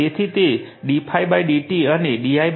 તેથી તે d∅ di અને di dt છે